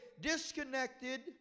disconnected